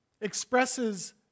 expresses